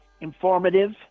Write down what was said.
informative